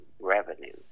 revenue